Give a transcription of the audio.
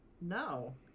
no